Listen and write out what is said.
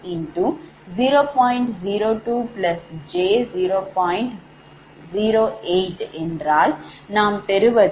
08என்றால் நாம் பெறுவது V21